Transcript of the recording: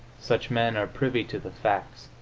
such men are privy to the facts